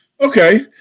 okay